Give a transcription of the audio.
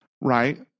right